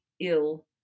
ill